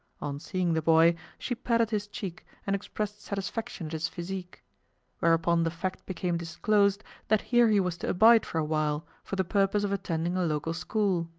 on seeing the boy, she patted his cheek and expressed satisfaction at his physique whereupon the fact became disclosed that here he was to abide for a while, for the purpose of attending a local school.